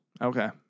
Okay